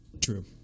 True